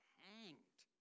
hanged